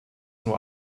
nur